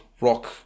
rock